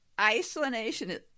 isolation